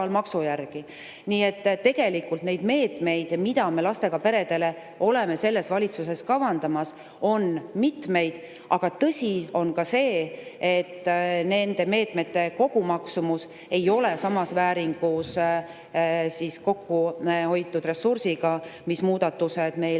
Nii et tegelikult neid meetmeid, mida me lastega peredele oleme selles valitsuses kavandamas, on mitmeid, aga tõsi on ka see, et nende meetmete kogumaksumus ei ole samas vääringus kokku hoitud ressursiga, mille muudatused meile